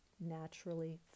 naturally